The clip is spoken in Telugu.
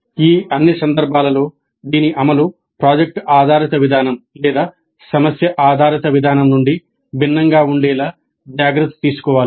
ఈ అన్ని సందర్భాల్లో దీని అమలు ప్రాజెక్ట్ ఆధారిత విధానం లేదా సమస్య ఆధారిత విధానం నుండి భిన్నంగా ఉండేలా జాగ్రత్త తీసుకోవాలి